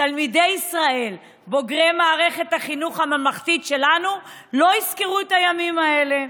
תלמידי ישראל בוגרי מערכת החינוך הממלכתית שלנו לא יזכרו את הימים האלה.